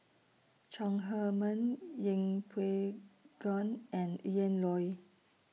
Chong Heman Yeng Pway Ngon and Ian Loy